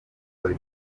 kuri